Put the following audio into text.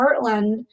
Heartland